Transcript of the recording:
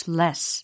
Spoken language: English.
less